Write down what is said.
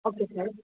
okay sir